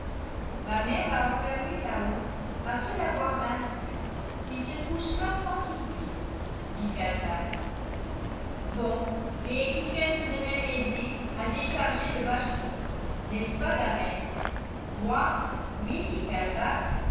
ma mère l'a enfermé là-haut après l'avoir rincé il se couchera sans souper dit calebasse bon mais qu'il vienne tout de même aider à décharger le bachot n'est-ce pas la mère moi lui et calebasse